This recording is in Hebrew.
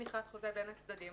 בין הצדדים,